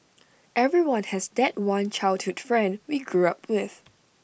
everyone has that one childhood friend we grew up with